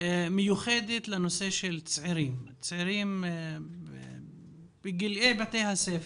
מיוחדת לנושא של צעירים בגילי בתי ספר.